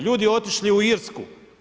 Ljudi otišli u Irsku.